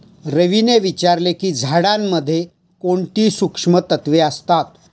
रवीने विचारले की झाडांमध्ये कोणती सूक्ष्म तत्वे असतात?